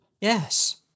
Yes